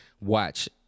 watch